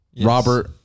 Robert